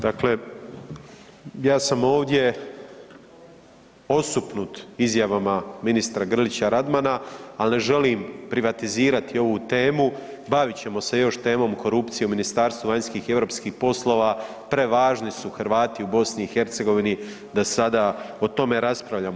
Dakle, ja sam ovdje osupnut izjavama ministra Grlića Radmana, al ne želim privatizirati ovu temu, bavit ćemo se još temom korupcije u Ministarstvu vanjskih i europskih poslova, prevažni su Hrvati u BiH da sada o tome raspravljamo.